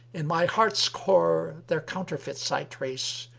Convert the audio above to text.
in my heart's core their counterfeits i trace,